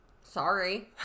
Sorry